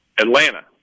Atlanta